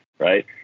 Right